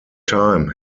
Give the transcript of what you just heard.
time